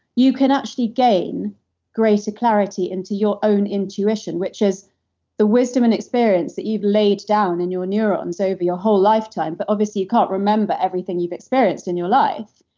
you can actually gain greater clarity into your own intuition, which is the wisdom and experience that you've laid down in your neurons over your whole lifetime. but obviously you can't remember everything you've experienced in your life.